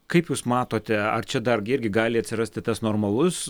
kaip jūs matote ar čia dar gi irgi gali atsirasti tas normalus